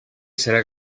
serà